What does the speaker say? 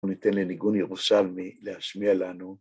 וניתן לניגון ירושלמי להשמיע לנו.